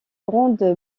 grande